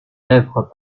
lèvres